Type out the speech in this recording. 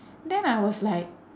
then I was like